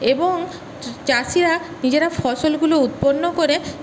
এবং চ চাষিরা নিজেরা ফসলগুলো উৎপন্ন করে